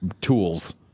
tools